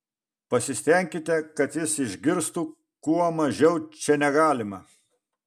pasistenkite kad jis išgirstų kuo mažiau čia negalima